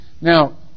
Now